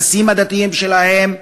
הטקסים הדתיים שלהם.